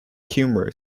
humor